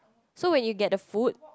so when you get the food